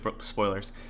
spoilers